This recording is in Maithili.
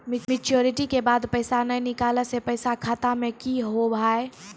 मैच्योरिटी के बाद पैसा नए निकले से पैसा खाता मे की होव हाय?